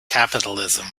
capitalism